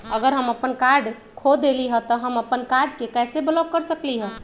अगर हम अपन कार्ड खो देली ह त हम अपन कार्ड के कैसे ब्लॉक कर सकली ह?